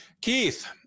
Keith